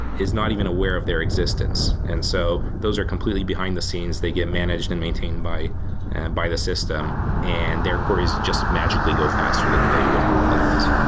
is not even aware of their existence. and so those are completely behind the scenes. they get managed and maintained by by the system and their queries just magically go faster than they would otherwise.